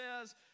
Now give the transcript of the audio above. says